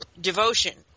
devotion